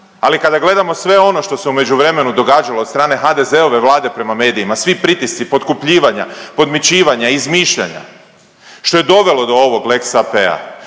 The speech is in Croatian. Ali kada gledamo sve ono što se u međuvremenu događalo od strane HDZ-ove vlade prema medijima, svi pritisci, potkupljivanja, podmićivanja, izmišljanja, što je dovelo do ovog lex AP-a,